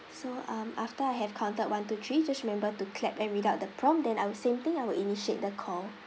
so um after I have counted one two three just remember to clap and read out the prompt then I'll same thing I will initiate the call